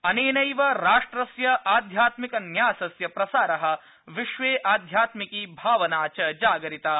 अनेनैव राष्ट्रस्य आध्यात्मिक न्यासस्य प्रसारः विश्वे आध्यात्मिकी भावना च जागरिता